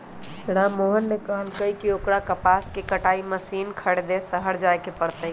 राममोहन ने कहल कई की ओकरा कपास कटाई मशीन खरीदे शहर जाय पड़ तय